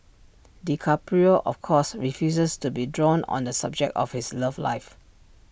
DiCaprio of course refuses to be drawn on the subject of his love life